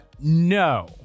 no